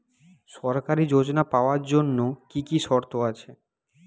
সরকারী যোজনা পাওয়ার জন্য কি কি শর্ত আছে?